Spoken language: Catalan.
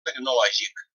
tecnològic